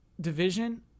division